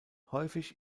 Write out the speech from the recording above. häufig